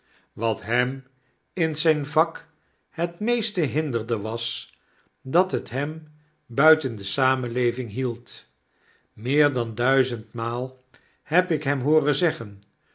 wat hem in zyn vak het meest hinderde was dat het hem buiten de samenleving hield meer dan duizendmaal heb ik hem hooren zeggen